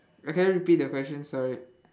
eh can you repeat the question sorry